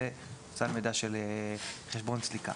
זה סל מידע של חשבון סליקה.